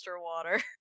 water